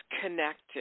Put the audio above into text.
connected